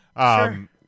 Sure